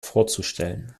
vorzustellen